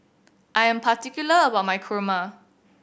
I am particular about my Kurma